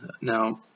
Now